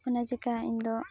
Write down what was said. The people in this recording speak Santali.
ᱚᱱᱟ ᱪᱤᱠᱟᱹ ᱤᱧᱫᱚ